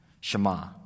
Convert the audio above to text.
Shema